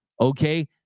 okay